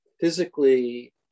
physically